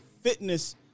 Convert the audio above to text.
fitness